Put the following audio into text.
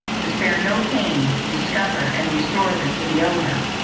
to spare no pains to discover, and restore them to the owner.